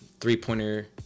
three-pointer